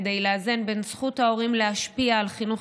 כדי לאזן בין זכות ההורים להשפיע על חינוך